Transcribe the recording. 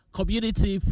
Community